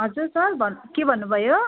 हजुर सर भ के भन्नुभयो